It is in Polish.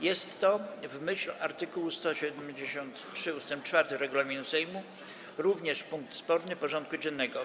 Jest to, w myśl art. 173 ust. 4 regulaminu Sejmu, punkt sporny porządku dziennego.